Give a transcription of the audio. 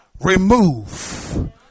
remove